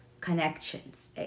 connections